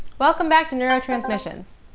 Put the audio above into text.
welcome back to neurotransmissions.